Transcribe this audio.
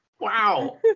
Wow